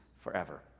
forever